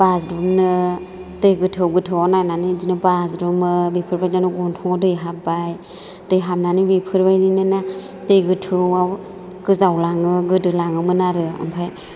बाज्रुमनो दै गोथौ गोथौआव नायनानै बिदिनो बाज्रुमो बेफोरबादिनो गन्थंआव दै हाब्बाय दै हाबनानै बेफोरबायदिनो दै गोथौआव गोजावलाङो गोदोलाङोमोन आरो ओमफ्राय